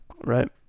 Right